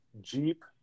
Jeep